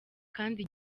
kandi